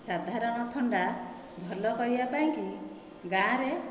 ସାଧାରଣ ଥଣ୍ଡା ଭଲ କରିବା ପାଇଁ ଗାଁ ରେ